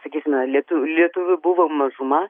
sakysime lietuv lietuvių buvo mažuma